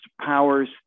powers